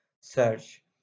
search